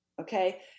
okay